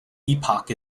epoch